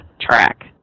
track